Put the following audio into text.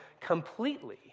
completely